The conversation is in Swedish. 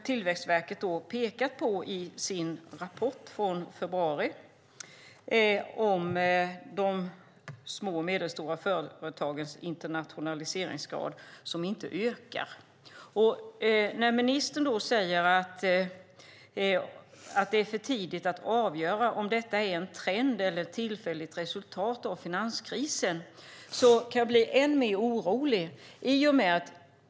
Tillväxtverket har i sin rapport från februari pekat på att de små och medelstora företagens internationaliseringsgrad inte ökar. När ministern då säger att det är för tidigt att avgöra om detta är en trend eller ett tillfälligt resultat av finanskrisen kan jag bli än mer orolig.